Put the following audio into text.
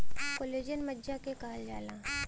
collagen मज्जा के कहल जाला